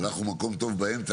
אנחנו במקום טוב באמצע.